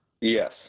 Yes